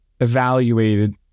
evaluated